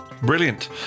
Brilliant